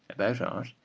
about art,